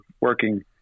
working